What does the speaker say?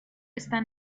está